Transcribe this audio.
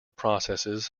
processes